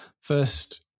first